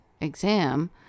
exam